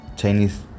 Chinese